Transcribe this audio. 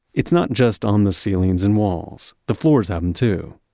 it's not just on the ceilings and walls. the floors have them too.